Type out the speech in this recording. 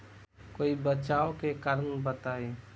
कोई बचाव के कारण बताई?